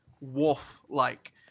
wolf-like